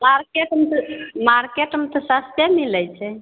मार्केटमे तऽ मार्केटमे तऽ सस्ते मिलै छै